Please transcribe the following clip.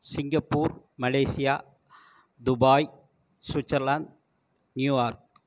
Singapore Malaysia Dubai Switzerland New York